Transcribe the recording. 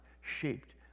shaped